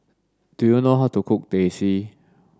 do you know how to cook Teh C